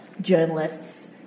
journalists